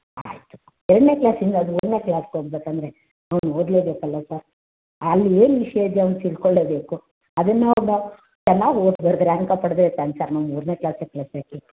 ಆಯಿತು ಎರಡನೇ ಕ್ಲಾಸಿಂದ ಅದು ಮೂರನೇ ಕ್ಲಾಸಿಗೆ ಹೋಗ್ಬೇಕಂದ್ರೆ ಅವ್ನು ಓದಲೇ ಬೇಕಲ್ಲ ಸರ್ ಅಲ್ಲಿ ಏನು ವಿಷಯ ಇದೆ ಅವ್ನು ತಿಳ್ಕೊಳ್ಳೇಬೇಕು ಅದನ್ನು ಅವನು ಚೆನ್ನಾಗ್ ಓದಿ ಬರ್ದು ರ್ಯಾಂಕ ಪಡೆದ್ರೆ ತಾನೇ ಸರ್ ನಾವು ಮೂರನೇ ಕ್ಲಾಸಿಗೆ ಕಳ್ಸೋಕ್ಕೆ